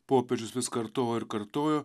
popiežius vis kartojo ir kartojo